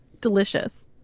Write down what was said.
delicious